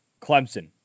Clemson